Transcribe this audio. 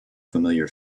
familiar